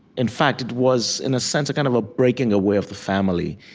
in fact, it was, in a sense, a kind of ah breaking away of the family,